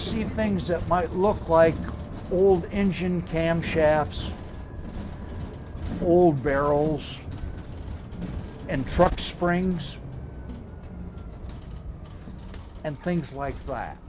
see things that might look like all engine camshafts or barrels and truck springs and things like that